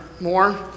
more